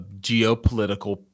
geopolitical